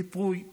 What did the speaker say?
מיפוי,